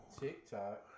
TikTok